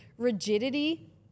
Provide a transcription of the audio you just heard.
rigidity